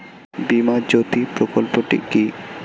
বীমা জ্যোতি প্রকল্পটি কি?